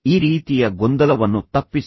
ಈ ರೀತಿಯ ಗೊಂದಲವನ್ನು ತಪ್ಪಿಸಿ